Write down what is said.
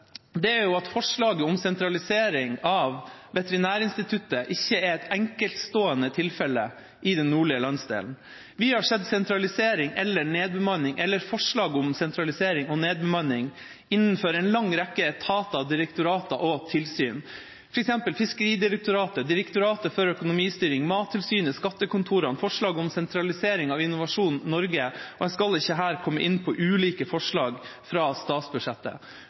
er at forslaget om sentralisering av Veterinærinstituttet ikke er et enkeltstående tilfelle i den nordlige landsdelen. Vi har sett sentralisering eller nedbemanning eller forslag om sentralisering og nedbemanning innenfor en lang rekke etater, direktorater og tilsyn, f.eks. Fiskeridirektoratet, Direktoratet for økonomistyring, Mattilsynet, skattekontorene og Innovasjon Norge. Jeg skal ikke her komme inn på ulike forslag fra statsbudsjettet.